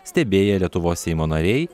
stebėję lietuvos seimo nariai